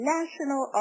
National